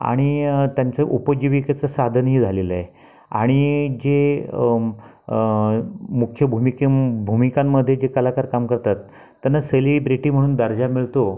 आणि त्यांच्या उपजीविकेचं साधनही झालेलं आहे आणि जे मुख्य भूमिके भूमिकांमध्ये जे कलाकार काम करतात त्यांना सेलिब्रेटी म्हणून दर्जा मिळतो